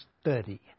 study